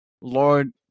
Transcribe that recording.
Lord